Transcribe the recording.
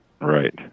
Right